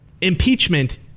Impeachment